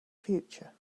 future